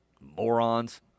morons